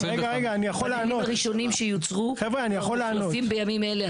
הפנלים הראשונים שיוצרו כבר מוחלפים בימים אלה,